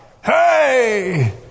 Hey